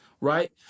right